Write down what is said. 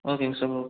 ஓகேங்க சார் ஓ